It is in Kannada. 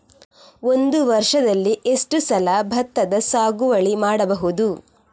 ಒಂದು ವರ್ಷದಲ್ಲಿ ಎಷ್ಟು ಸಲ ಭತ್ತದ ಸಾಗುವಳಿ ಮಾಡಬಹುದು?